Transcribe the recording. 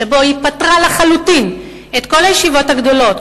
שבו היא פטרה לחלוטין את כל הישיבות הגדולות.